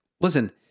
listen